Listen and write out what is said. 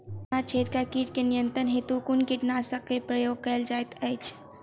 तना छेदक कीट केँ नियंत्रण हेतु कुन कीटनासक केँ प्रयोग कैल जाइत अछि?